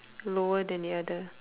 lower than the other